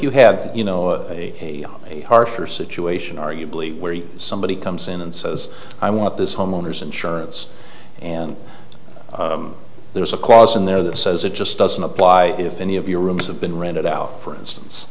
you had you know a harsher situation are you believe where somebody comes in and says i want this homeowner's insurance and there's a clause in there that says it just doesn't apply if any of your rooms have been rented out for instance